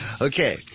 Okay